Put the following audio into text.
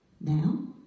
Now